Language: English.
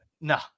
No